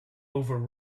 over